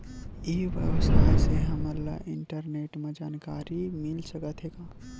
ई व्यवसाय से हमन ला इंटरनेट मा जानकारी मिल सकथे का?